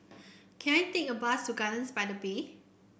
can I take a bus to Gardens by the Bay